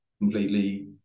completely